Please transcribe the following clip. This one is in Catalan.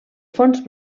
fons